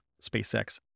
SpaceX